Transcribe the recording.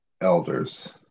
elders